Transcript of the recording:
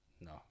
No